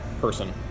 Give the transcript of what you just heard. person